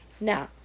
Now